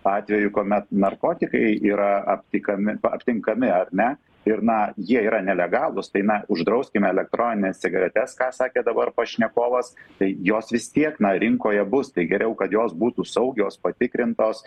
atvejų kuomet narkotikai yra aptikami aptinkami ar ne ir na jie yra nelegalūs tai na uždrauskime elektronines cigaretes ką sakė dabar pašnekovas tai jos vis tiek na rinkoje bus tai geriau kad jos būtų saugios patikrintos